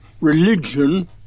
religion